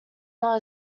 not